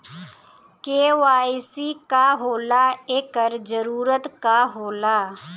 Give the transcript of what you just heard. KYC का होला एकर जरूरत का होला?